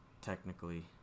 technically